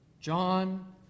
John